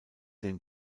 den